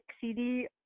CD